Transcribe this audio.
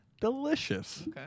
delicious